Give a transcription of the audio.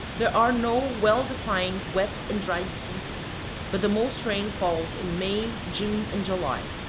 there are no well-defined wet and dry seasons but the most rain falls in may, june, and july.